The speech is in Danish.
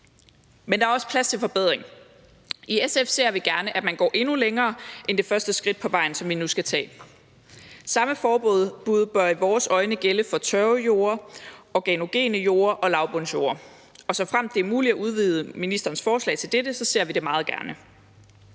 Men der er også plads til forbedring. I SF ser vi gerne, at man går endnu længere end det første skridt på vejen, som vi nu skal tage. Samme forbud bør i vores øjne gælde for tørvejorde, organogene jorde og lavbundsjorde, og såfremt det er muligt at udvide ministerens forslag til dette, ser vi det meget gerne.